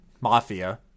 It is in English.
Mafia